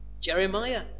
Jeremiah